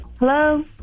Hello